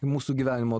mūsų gyvenimo